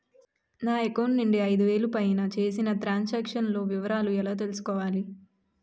నా అకౌంట్ నుండి ఐదు వేలు పైన చేసిన త్రం సాంక్షన్ లో వివరాలు ఎలా తెలుసుకోవాలి?